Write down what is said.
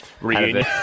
reunion